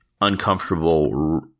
uncomfortable